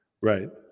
Right